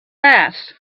mass